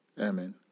Amen